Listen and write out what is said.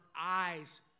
eyes